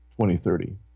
2030